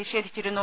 നിഷേധിച്ചിരുന്നു